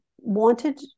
wanted